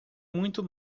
muito